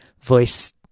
voice